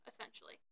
essentially